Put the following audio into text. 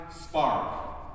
spark